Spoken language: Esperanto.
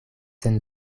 sen